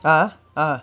ah ah